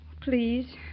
Please